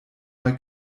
mal